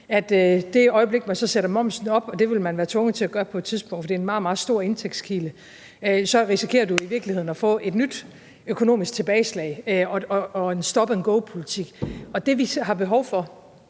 det øjeblik, man sætter momsen op, og det vil man være tvunget til at gøre på et tidspunkt, for det er en meget, meget stor indtægtskilde, så risikerer man i virkeligheden at få et nyt økonomisk tilbageslag og en stop and go-politik. Det, vi har behov for,